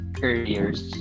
careers